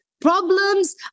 problems